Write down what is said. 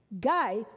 guy